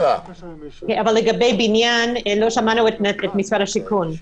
לגבי בניין לא שמענו את משרד השיכון.